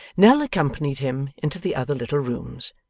nell accompanied him into the other little rooms,